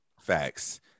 Facts